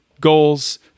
goals